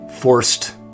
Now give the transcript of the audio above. forced